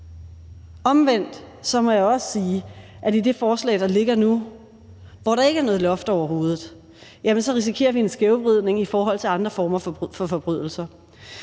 Omvendt må jeg også sige, at i det forslag, der ligger nu, hvor der ikke er noget loft overhovedet, risikerer vi en skævvridning i forhold til andre former for forbrydelser.